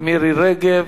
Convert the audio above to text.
מירי רגב.